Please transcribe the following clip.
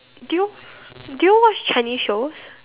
do you do you watch Chinese shows